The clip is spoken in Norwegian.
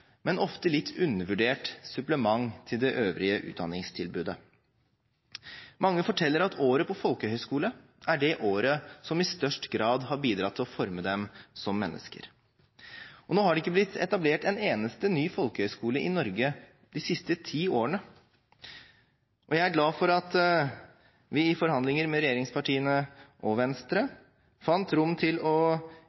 men ofte litt undervurdert supplement til det øvrige utdanningstilbudet. Mange forteller at året på folkehøyskole er det året som i størst grad har bidratt til å forme dem som mennesker. Nå har det ikke blitt etablert en eneste ny folkehøyskole i Norge de siste ti årene, og jeg er glad for at vi i forhandlinger med regjeringspartiene og Venstre